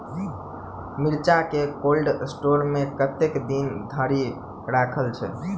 मिर्चा केँ cold store मे कतेक दिन धरि राखल छैय?